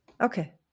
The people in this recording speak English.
Okay